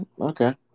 Okay